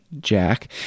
Jack